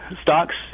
stocks